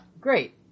Great